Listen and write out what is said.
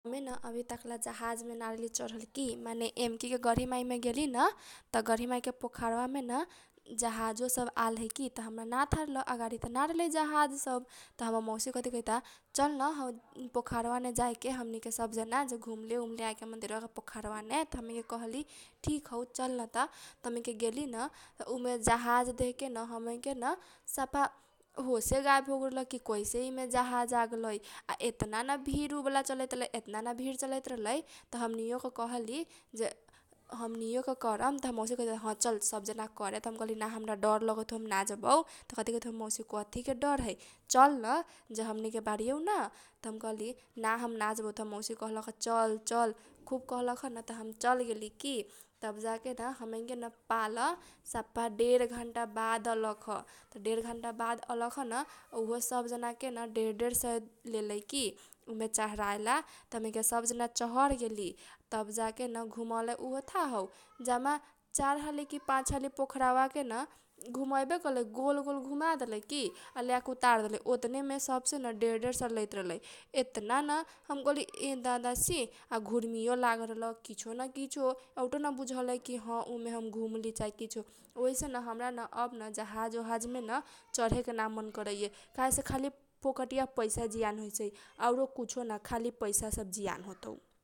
हमेन अभी तकला जहाजमे ना रहली चहरल की माने एमकी के गढीमाई मे गेली न त गढीमाई के पोखरवा मेन जहाजो सब आलहै की त हमरा ना थाह रहल। अगाडि त ना रहलै जहाज सब त हमर मौसी कथी कहैता चलन हौ पोखरवा मे जाएके हमनी के सब जना जे घुमले उमले आएके मन्दिर वा के पोखरवा ने त हमनी के कहली ठिक हौ चलनत। त हमनी के गेलीन त उमेत जहाज देख केन हमैकेन सफाहोसे गायेब होगेल की कसै इमे जहाज आगेलै आ एतना न भिड उबाला चलैत रहलै एतना न भिड चलैत रहलै त हमनी यो के कहली जे हमनी योके करम। त हमर मौसी कथी कहैता ह चल सब जना करे त हम कहली ना हमरा डर लगैत हौ हम ना जबौ त कथी कहैत हौ। हमर मौसी कथी के डर है चलन जे हमनी के बारीयौ न त हम कहली ना हम ना जबौ त हमर मौसी कहलख चल चल खुब कहलखन त हम चल गेली की । तब जाके न हमनी के न पाल सफा डेढ घन्टा बाद अलख त डेढ घन्टा बाद अलख न त उहो सब जना केन डेढ डेढ सय लेलै की । उमे चढायला त हमनी के सब जना चहर गेली तब जाके न घुमलौ उहो थाहौ चार हाली की पाँच हाली पोखराबा केन घुमैबे कलै गोल गोल घुमा देलैकी। लेआके उतार देलैकी ओतने मे सबसे न डेढ डेढ सय लैत रहलै एतना न हम कहली येदादा छी आ घुरमीयो लागेल रहल आ किछो न किछो। एउटो न बुझलै ह हम उमे हम घुमली चाहे किछो ओहीसे न हमरा न अब न जहाज ओज मेन चढेके ना मन करैए काहे सेन खाली फोकटीया पैसा जियान होइसै आउरो कुछोन खाली पैसा सब जियान होतौ।